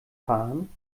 fahren